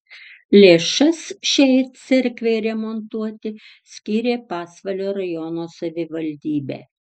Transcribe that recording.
lėšas šiai cerkvei remontuoti skyrė pasvalio rajono savivaldybė